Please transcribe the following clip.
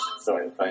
Sorry